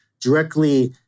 directly